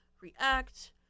react